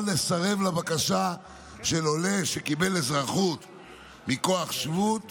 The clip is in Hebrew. לסרב לבקשה של עולה שקיבל אזרחות מכוח שבות